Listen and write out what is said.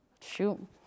shoot